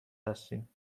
هستیم